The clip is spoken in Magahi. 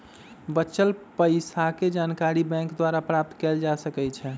बच्चल पइसाके जानकारी बैंक द्वारा प्राप्त कएल जा सकइ छै